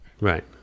Right